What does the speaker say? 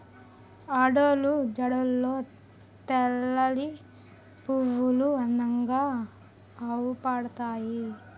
ఆడోళ్ళు జడల్లో తెల్లలిల్లి పువ్వులు అందంగా అవుపడతాయి